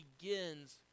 begins